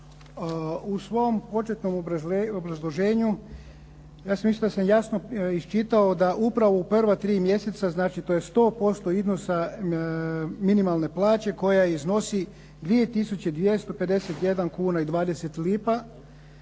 U svom početnom obrazloženju ja mislim da sam jasno iščitao da upravo u prva tri mjeseca znači to je 100% iznosa minimalne plaće koja iznosi 2 tisuće 251 kuna i 20 lipa,